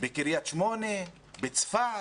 בקרית שמונה, בצפת,